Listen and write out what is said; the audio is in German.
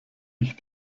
ich